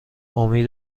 امید